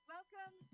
Welcome